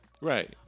right